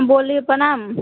बोली प्रणाम